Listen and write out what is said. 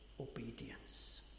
obedience